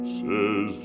says